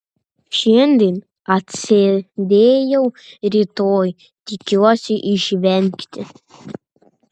šiandien atsėdėjau rytoj tikiuosi išvengti